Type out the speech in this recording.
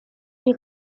die